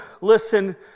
listen